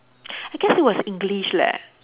I guess it was English leh